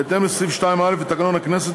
בהתאם לסעיף 2(א) לתקנון הכנסת,